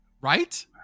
Right